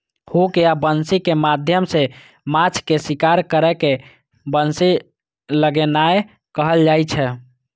hook या बंसी के माध्यम सं माछ के शिकार करै के बंसी लगेनाय कहल जाइ छै